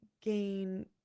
gain